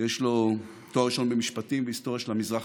יש לו תואר ראשון במשפטים ובהיסטוריה של המזרח